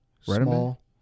Small